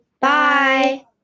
Bye